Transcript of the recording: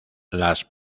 las